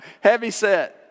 heavyset